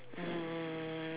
um